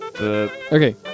Okay